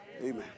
Amen